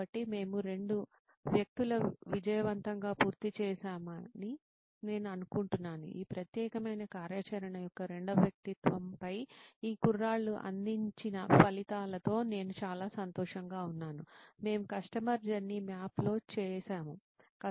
కాబట్టి మేము 2 వ్యక్తులను విజయవంతంగా పూర్తి చేశామని నేను అనుకుంటున్నాను ఈ ప్రత్యేకమైన కార్యాచరణ యొక్క రెండవ వ్యక్తిత్వంపై ఈ కుర్రాళ్ళు అందించిన ఫలితాలతో నేను చాలా సంతోషంగా ఉన్నాను మేము కస్టమర్ జర్నీ మ్యాప్లో చేసాము